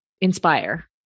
inspire